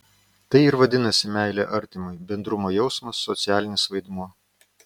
tai ir vadinasi meilė artimui bendrumo jausmas socialinis vaidmuo